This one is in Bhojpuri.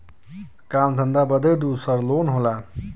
काम धंधा बदे दूसर लोन होला